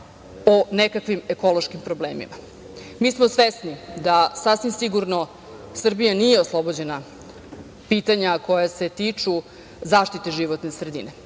o nekakvim ekološkim problemima. Mi smo svesni da sasvim sigurno Srbija nije oslobođena pitanja koja se tiču zaštite životne sredine.